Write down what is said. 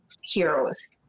heroes